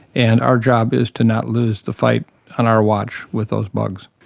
and our job is to not lose the fight on our watch with those bugs.